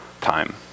time